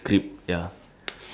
ya play